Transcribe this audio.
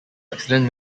accident